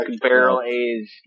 barrel-aged